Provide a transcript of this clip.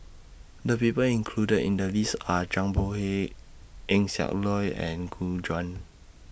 The People included in The list Are Zhang Bohe Eng Siak Loy and Gu Juan